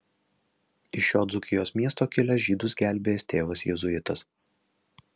iš šio dzūkijos miesto kilęs žydus gelbėjęs tėvas jėzuitas